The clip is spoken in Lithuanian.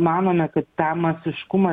manome kad tą masiškumą